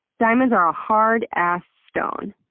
diamonds are a hard ass stone,